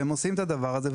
והם עושים את הדבר הזה.